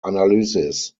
analysis